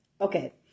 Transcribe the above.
Okay